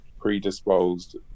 predisposed